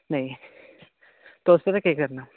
नेईं तुस पता केह् करना